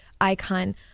icon